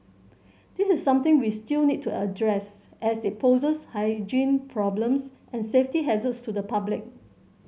this is something we still need to address as it poses hygiene problems and safety hazards to the public